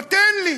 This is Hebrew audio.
אומרת: תן לי.